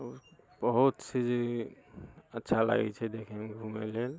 आओर बहुत चीज अच्छा लागैत छै देखैमे घूमै लेल